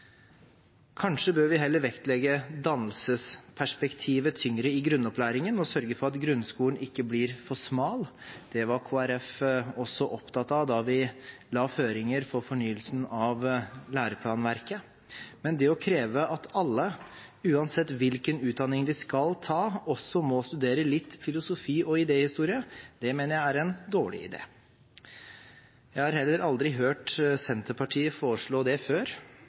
Kanskje bør vi heller vektlegge dannelsesperspektivet tyngre i grunnopplæringen og sørge for at grunnskolen ikke blir for smal. Det var Kristelig Folkeparti også opptatt av da vi la føringer for fornyelsen av læreplanverket, men det å kreve at alle, uansett hvilken utdanning de skal ta, også må studere litt filosofi og idéhistorie, mener jeg er en dårlig idé. Jeg har heller aldri hørt Senterpartiet foreslå det før,